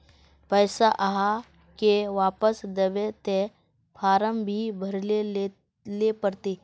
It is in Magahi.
पैसा आहाँ के वापस दबे ते फारम भी भरें ले पड़ते?